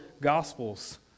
Gospels